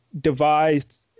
devised